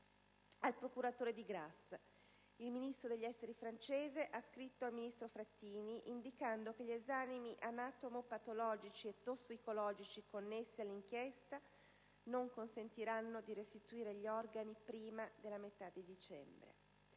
al procuratore di Grasse. Il Ministro degli esteri francese ha scritto al ministro Frattini indicando che gli esami anatomo-patologici e tossicologici connessi all'inchiesta non consentiranno di restituire gli organi prima di metà dicembre.